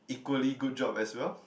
equally good job as well